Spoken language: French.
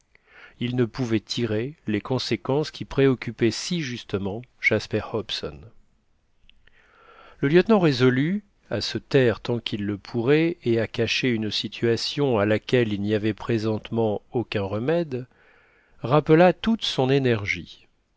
ils ne pouvaient tirer les conséquences qui préoccupaient si justement jasper hobson le lieutenant résolu à se taire tant qu'il le pourrait et à cacher une situation à laquelle il n'y avait présentement aucun remède rappela toute son énergie